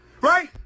Right